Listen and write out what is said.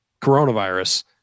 coronavirus